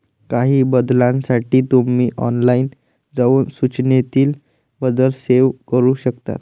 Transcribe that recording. काही बदलांसाठी तुम्ही ऑनलाइन जाऊन सूचनेतील बदल सेव्ह करू शकता